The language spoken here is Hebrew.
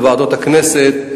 בוועדות הכנסת,